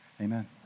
Amen